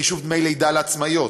בחישוב דמי לידה לעצמאיות,